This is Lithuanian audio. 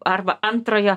arba antrojo